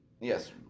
Yes